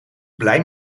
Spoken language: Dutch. blij